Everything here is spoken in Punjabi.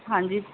ਹਾਂਜੀ